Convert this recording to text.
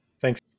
Thanks